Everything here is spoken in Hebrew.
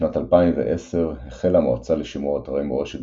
בשנת 2010 החלה המועצה לשימור אתרי מורשת